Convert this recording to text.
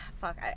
fuck